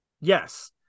Yes